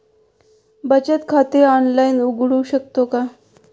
बचत खाते ऑनलाइन उघडू शकतो का?